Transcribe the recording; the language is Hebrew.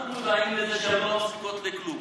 כולנו מודעים לזה שהן לא מספיקות לכלום.